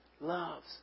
loves